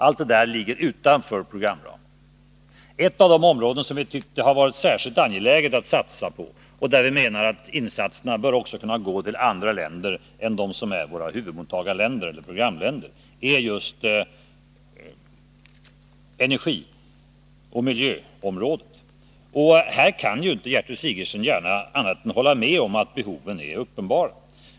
Allt detta ligger utanför programländerna. Ett av de områden som vi har tyckt att det har varit särskilt angeläget att satsa på och där vi menar att insatserna bör kunna gå också till andra länder än dem som är våra huvudmottagarländer eller programländer är just miljöoch energiområdet. Och här kan inte Gertrud Sigurdsen annat än hålla med mig om att behoven är uppenbara.